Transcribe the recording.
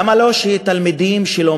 למה שלא ייקחו את הדבר הזה תלמידים שלומדים